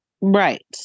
Right